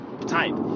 Type